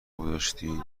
گذاشتین